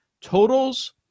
totals